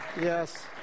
Yes